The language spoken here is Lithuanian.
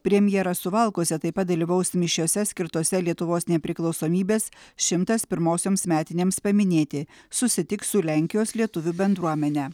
premjeras suvalkuose taip pat dalyvaus mišiose skirtose lietuvos nepriklausomybės šimtas pirmosioms metinėms paminėti susitiks su lenkijos lietuvių bendruomene